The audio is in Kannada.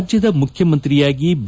ರಾಜ್ಯದ ಮುಖ್ಯಮಂತ್ರಿಯಾಗಿ ಬಿ